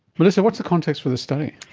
melissa, what's the context for this study?